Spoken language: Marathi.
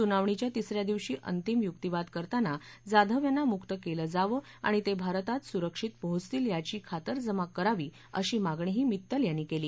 सुनावणीच्या तिसऱ्या दिवशी अंतिम युक्तीवाद करताना जाधव यांना मुक्त केलं जावं आणि ते भारतात सुरक्षित पोहोचतील याची खातरजमा करावी अशी मागणीही मित्तल यांनी केली